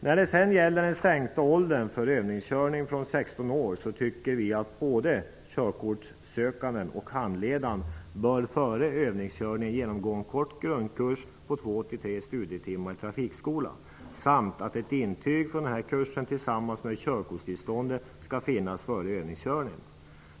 bNär det sedan gäller sänkt ålder för övningskörning från 16 år anser vi att både körkortsökanden och handledaren bör före övningskörning genomgå en kort grundkurs på 2--3 studietimmar i trafikskola. Dessutom skall ett intyg från denna kurs tillsammans med körkortstillstånd finnas före övningskörning.